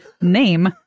Name